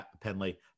Penley